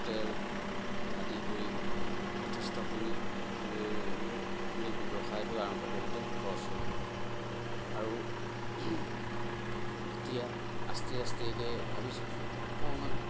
তেল আদি কৰি যথেষ্টখিনি মোৰ এই ব্যৱসায়টো আৰম্ভ কৰোঁতে খৰচ হ'ল আৰু এতিয়া আস্তে আস্তেকে ভাবিছোঁ অকমান